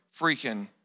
freaking